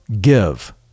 give